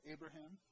Abraham